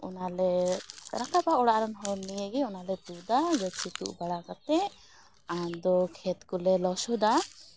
ᱚᱱᱟ ᱞᱮ ᱨᱟᱠᱟᱵᱟ ᱚᱲᱟᱜ ᱨᱮᱱ ᱦᱚᱲ ᱱᱤᱭᱮ ᱜᱮ ᱚᱱᱟ ᱞᱮ ᱛᱩᱫᱟ ᱜᱟᱹᱪᱷᱤ ᱛᱩᱫ ᱵᱟᱲ ᱟᱠᱟᱛᱮᱫ ᱟᱫᱚ ᱠᱷᱮᱛ ᱠᱚᱞᱮ ᱞᱚᱥᱚᱫᱟ